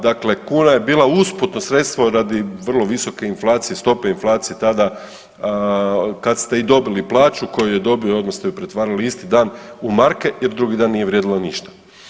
Dakle, kuna je bila usputno sredstvo radi vrlo visoke inflacije, stope inflacije tada kad ste i dobili plaću koju je dobio, odmah ste je pretvarali isti dan u marke jer drugi dan nije vrijedilo ništa.